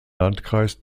landkreis